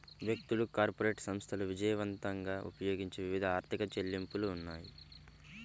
వ్యక్తులు, కార్పొరేట్ సంస్థలు విజయవంతంగా ఉపయోగించే వివిధ ఆర్థిక చెల్లింపులు ఉన్నాయి